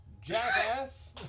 Jackass